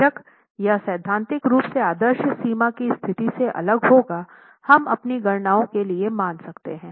बेशक यह सैद्धांतिक रूप से आदर्श सीमा की स्थिति से अलग होगा हम अपनी गणनाओं के लिए मान सकते हैं